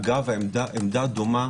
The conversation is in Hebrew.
אגב, עמדה דומה